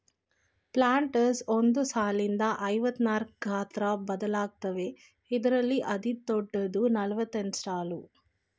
planters ಒಂದ್ ಸಾಲ್ನಿಂದ ಐವತ್ನಾಕ್ವರ್ಗೆ ಗಾತ್ರ ಬದಲಾಗತ್ವೆ ಇದ್ರಲ್ಲಿ ಅತಿದೊಡ್ಡದು ನಲವತ್ತೆಂಟ್ಸಾಲು